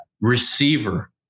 Receiver